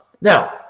Now